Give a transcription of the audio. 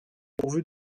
pourvus